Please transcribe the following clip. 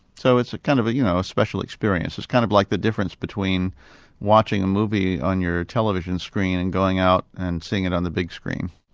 so it's a kind of you know special experience, it's kind of like the difference between watching a movie on your television screen, and going out and seeing it on the big screen.